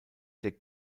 der